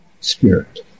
spirit